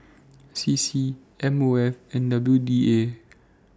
C C M O F and W D A